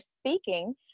speaking